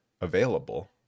available